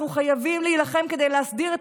אנחנו חייבים להילחם כדי להסדיר את